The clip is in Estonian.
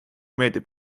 meeldib